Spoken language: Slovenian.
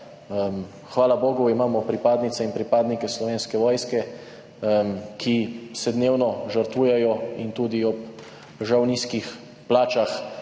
Hvala bogu imamo pripadnice in pripadnike Slovenske vojske, ki se dnevno žrtvujejo in tudi ob, žal, nizkih plačah